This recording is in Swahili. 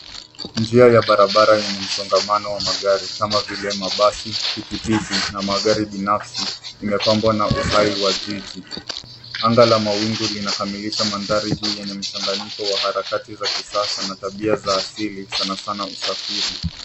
Njia ya barabara yenye msongamano wa magari kama vile mabasi, pikipiki na magari binafsi, imepangwa na mistari ya jiji. Anga la mawingu linakamilisha mandhari hii yenye mchanganyiko wa harakati za kisasa na tabia za asili sana sana usafiri.